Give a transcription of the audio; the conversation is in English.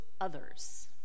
others